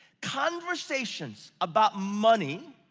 conversations about money,